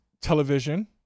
television